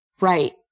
right